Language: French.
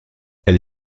elle